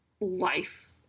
life